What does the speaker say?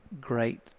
great